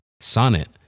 Sonnet